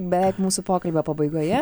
beveik mūsų pokalbio pabaigoje